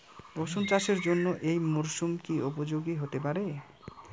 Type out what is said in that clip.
রসুন চাষের জন্য এই মরসুম কি উপযোগী হতে পারে?